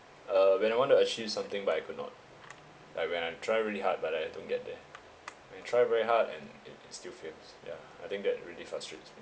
uh when I want to achieve something but I could not and when I try really hard but I don't get there when I try very hard and it it still fails yeah I think that really frustrates me